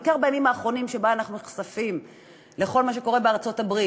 בעיקר בימים האחרונים שבהם אנחנו נחשפים לכל מה שקורה בארצות-הברית,